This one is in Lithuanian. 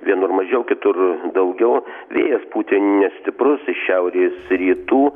vienur mažiau kitur daugiau vėjas pūtė nestiprus šiaurės rytų